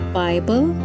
bible